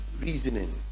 reasoning